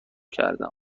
کردم